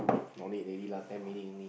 no need already lah ten minute only